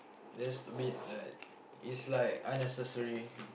that's meet like is like unnecessary